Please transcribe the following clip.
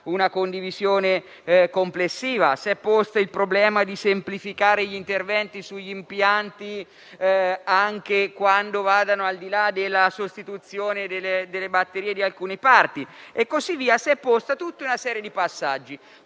una condivisione complessiva. Si è posta il problema di semplificare gli interventi sugli impianti anche quando vanno al di là della sostituzione delle batterie di alcune parti. Si è posta tutta una serie di passaggi.